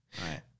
right